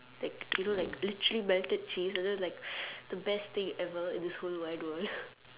like you know like literally melted cheese and then it's just like literally the best thing ever in this whole wide world